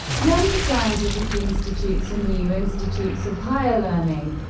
many scientific institutes and new institutes of higher learning,